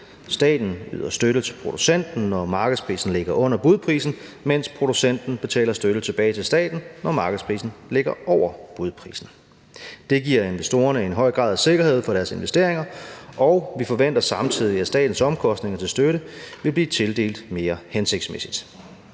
Staten yder støtte til producenten, når markedsprisen ligger under budprisen, mens producenten betaler støtte tilbage til staten, når markedsprisen ligger over budprisen. Det giver investorerne en høj grad af sikkerhed for deres investeringer, og vi forventer samtidig, at statens omkostninger til støtte vil blive tildelt mere hensigtsmæssigt.